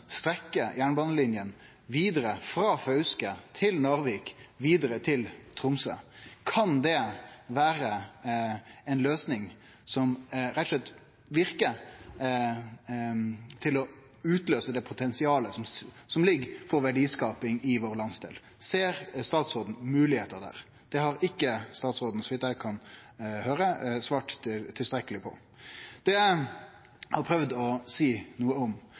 strekkje jernbanelinja vidare frå Fauske til Narvik og vidare til Tromsø. Kan det vere ei løysing som rett og slett medverkar til å utløyse det potensialet som ligg for verdiskaping i landsdelen vår? Ser statsråden moglegheiter der? Det har ikkje statsråden, så vidt eg har høyrt, svart tilstrekkeleg på. Det eg har prøvd å seie noko om,